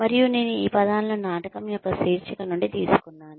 మరియు నేను ఈ పదాలను నాటకం యొక్క శీర్షిక నుండి తీసుకున్నాను